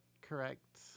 correct